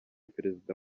perezida